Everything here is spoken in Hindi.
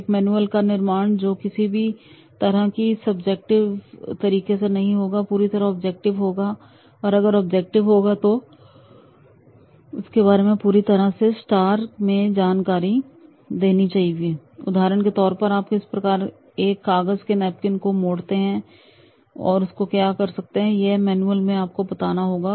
एक मैनुअल का निर्माण जो किसी भी तरह से सब्जेक्टिव नहीं होगा और पूरी तरह से ऑब्जेक्टिव होगा और अगर ऑब्जेक्टिव होगा तो हमें उसके बारे में पूरी तरह से स्टार में जानकारी दे देनी पड़ेगी उदाहरण के तौर पर आप किस प्रकार से एक कागज के नैपकिन को मोड़ते हैं और सकते हैं यह तक मैनुअल में बताना होगा